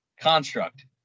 construct